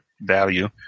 value